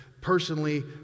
personally